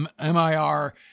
MIR